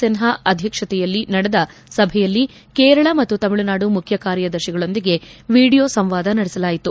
ಸಿನ್ನಾ ಅಧ್ಯಕ್ಷತೆಯಲ್ಲಿ ನಡೆದ ಸಭೆಯಲ್ಲಿ ಕೇರಳ ಮತ್ತು ತಮಿಳುನಾಡು ಮುಖ್ಯ ಕಾರ್ಯದರ್ತಿಗಳೊಂದಿಗೆ ವೀಡಿಯೋ ಸಂವಾದ ನಡೆಸಲಾಯಿತು